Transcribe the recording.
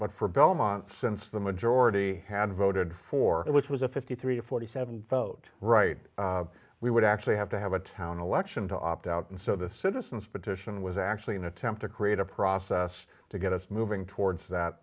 but for belmont since the majority had voted for it which was a fifty three to forty seven vote right we would actually have to have a town election to opt out and so the citizens petition was actually an attempt to create a process to get us moving towards that